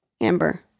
Amber